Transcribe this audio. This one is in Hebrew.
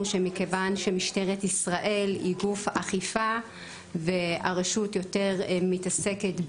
שכיוון שמשטרת ישראל היא גוף אכיפה והרשות מתעסקת יותר במניעה,